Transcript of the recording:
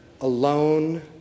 alone